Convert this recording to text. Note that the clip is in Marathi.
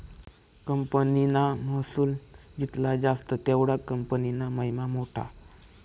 कंपनीना महसुल जित्ला जास्त तेवढा कंपनीना महिमा मोठा